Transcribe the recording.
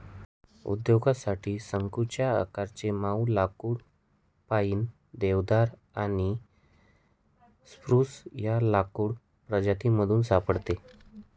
उद्योगासाठी शंकुच्या आकाराचे मऊ लाकुड पाईन, देवदार आणि स्प्रूस या लाकूड प्रजातीमधून सापडते